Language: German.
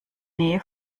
nähe